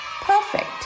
perfect